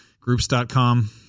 groups.com